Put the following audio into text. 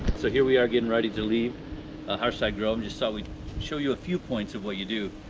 so here we are getting ready to leave ah hearthside grove. just thought we'd show you a few points of what you do.